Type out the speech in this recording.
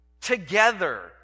Together